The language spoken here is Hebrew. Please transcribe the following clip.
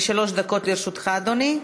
שלוש דקות לרשותך, אדוני.